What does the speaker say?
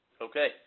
Okay